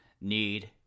need